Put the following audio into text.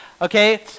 okay